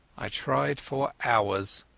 i tried for hours,